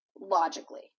logically